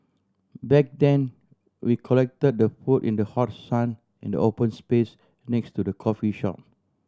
back then we collected the food in the hot sun in the open space next to the coffee shop